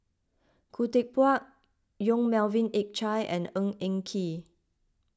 Khoo Teck Puat Yong Melvin Yik Chye and Ng Eng Kee